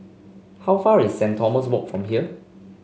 how far away is St Thomas Walk from here